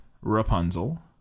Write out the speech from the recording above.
Rapunzel